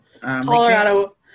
colorado